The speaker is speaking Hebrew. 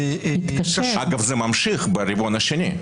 אגב, זה ממשיך ברבעון השני.